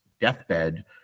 deathbed